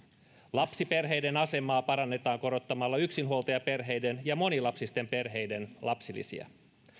lapsiperheiden asemaa parannetaan korottamalla yksinhuoltajaperheiden ja monilapsisten perheiden lapsilisiä